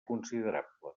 considerable